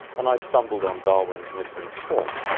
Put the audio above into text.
and i stumbled on darwin's missing form.